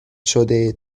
شده